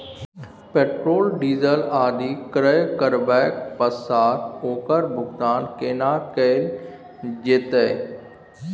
Petrol, diesel आदि क्रय करबैक पश्चात ओकर भुगतान केना कैल जेतै?